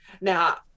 Now